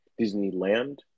Disneyland